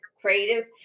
creative